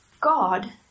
God